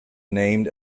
named